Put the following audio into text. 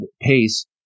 pace